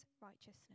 righteousness